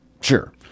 sure